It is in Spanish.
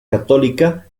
católica